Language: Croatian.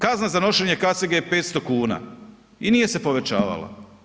Kazna za nošenje kacige je 500 kuna i nije se povećavala.